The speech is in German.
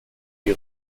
die